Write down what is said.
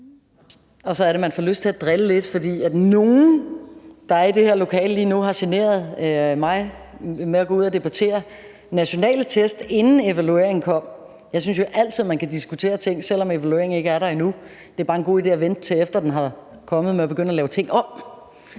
Og så er det, man får lyst til at drille lidt, for nogle, der er i det her lokale lige nu, har generet mig ved at gå ud og debattere nationale test, inden evalueringen kom. Jeg synes jo altid, man kan diskutere ting, selv om evalueringen ikke er der endnu; det er bare en god idé at vente, til efter den er kommet, med at begynde at lave ting om.